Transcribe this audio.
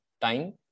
time